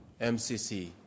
MCC